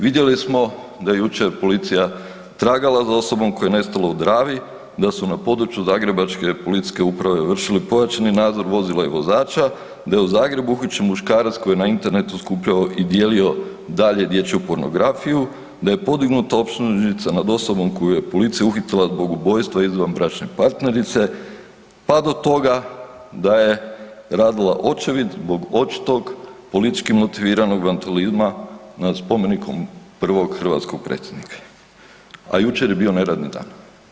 Vidjeli smo da je jučer policija tragala za osobom koja je nestala u Dravi, da su na području Zagrebačke policijske uprave vršili pojačani nadzor vozila i vozača, da je u Zagrebu uhićen muškarac koji je na internetu skupljao i dijelio dalje dječju pornografiju, da je podignuta optužnica nad osobom koju je policija uhitila zbog ubojstva izvanbračne partnerice, pa do toga da je radila očevid zbog očitog politički motiviranog vandalizma nad spomenikom prvog hrvatskog predsjednika, a jučer je bio neradni dan.